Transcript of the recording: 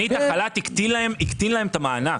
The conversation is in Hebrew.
החל"ת הקטין להם את המענק.